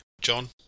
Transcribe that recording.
John